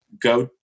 go